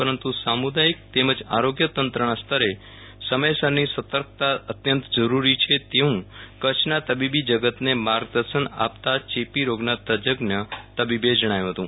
પરંતુ સામુદાયિક તેમજ આરોગ્ય તંત્રના સ્તરે સમયસરની સતર્કતા અત્યંત જરૂરી છે તેવું કચ્છના તબીબી જગતને માર્ગદર્શન આપતાં ચેપી રોગોના તજજ્ઞ તબીબે જણાવ્યું હતું